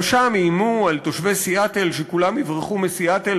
גם שם איימו על תושבי סיאטל שכולם יברחו מסיאטל